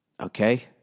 Okay